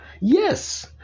Yes